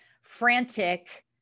frantic